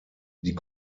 die